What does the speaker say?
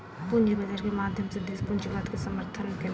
पूंजी बाजार के माध्यम सॅ देस पूंजीवाद के समर्थन केलक